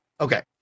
Okay